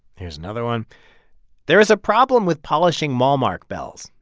here's another one there is a problem with polishing malmark bells.